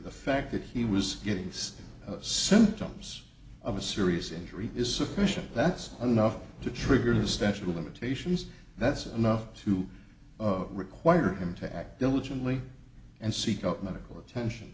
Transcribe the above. the fact that he was getting these symptoms of a serious injury is a question that's enough to trigger the statute of limitations that's enough to require him to act diligently and seek out medical attention